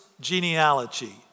genealogy